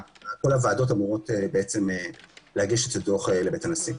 הוועדות אמורות להגיש את הדוח לנשיא.